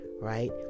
right